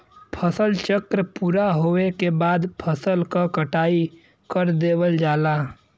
फसल चक्र पूरा होवे के बाद फसल क कटाई कर देवल जाला